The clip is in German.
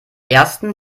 ersten